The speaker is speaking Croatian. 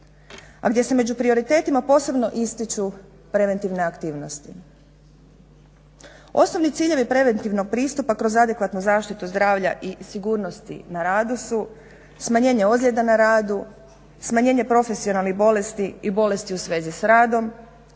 A gdje se među prioritetima posebno ističu preventivne aktivnosti. Osnovni ciljevi preventivnog pristupa kroz adekvatnu zaštitu zdravlja i sigurnosti na radu su smanjenje ozljeda na radu, smanjenje profesionalnih bolesti i bolesti u svezi s radom,